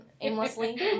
aimlessly